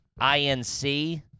Inc